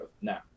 now